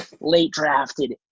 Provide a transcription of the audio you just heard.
late-drafted